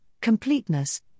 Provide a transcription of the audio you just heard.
completeness